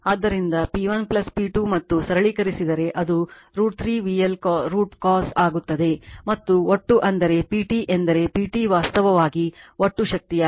ಆದ್ದರಿಂದ P1 P2 ಮತ್ತು ಸರಳೀಕರಿಸಿದರೆ ಅದು √ 3 VL √ cos ಆಗುತ್ತದೆ ಮತ್ತು ಒಟ್ಟು ಅಂದರೆ PT ಎಂದರೆ PT ವಾಸ್ತವವಾಗಿ ಒಟ್ಟು ಶಕ್ತಿಯಾಗಿದೆ